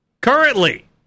Currently